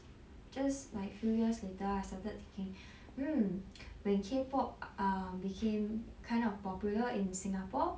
just like few years later I started thinking hmm when K pop err became kind of popular in singapore